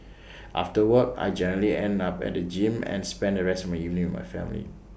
after work I generally end up at the gym and spend the rest my evening my family